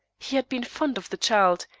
he had been fond of the child,